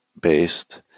based